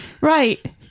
right